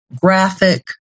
graphic